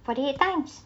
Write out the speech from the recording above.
forty eight times